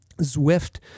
Zwift